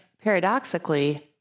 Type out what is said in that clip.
paradoxically